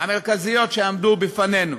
המרכזיות שעמדו בפנינו: